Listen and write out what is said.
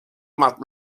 más